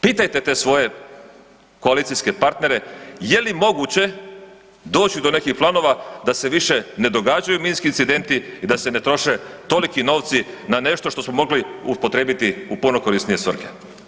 Pitajte te svoje koalicijske partnere je li moguće doći do nekih planova da se više ne događaju minski incidenti i da se ne troše toliki novci na nešto što smo mogli upotrijebiti u puno korisnije svrhe.